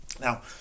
Now